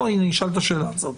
הנה נשאל את השאלה הזאת,